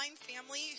family